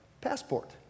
passport